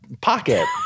pocket